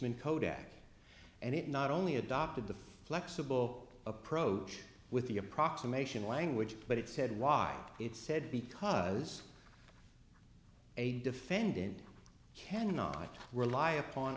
eastman kodak and it not only adopted the flexible approach with the approximation language but it said why it said because a defendant cannot rely upon